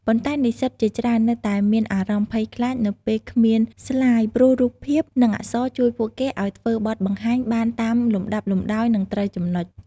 ប៉ុន្តែ និស្សិតជាច្រើននៅតែមានអារម្មណ៍ភ័យខ្លាចនៅពេលគ្មានស្លាយ ព្រោះរូបភាព និងអក្សរជួយពួកគេឱ្យធ្វើបទបង្ហាញបានតាមលំដាប់លំដោយ និងត្រូវចំណុច។